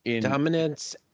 Dominance